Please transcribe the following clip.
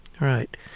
Right